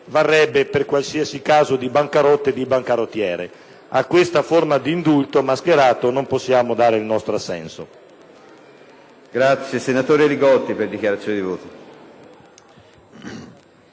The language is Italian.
varrebbe per qualsiasi caso di bancarotta e di bancarottiere. A questa forma di indulto mascherato non possiamo dare il nostro assenso. LI GOTTI (IdV). Domando di parlare per dichiarazione di voto.